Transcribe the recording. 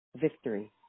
victory